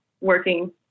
working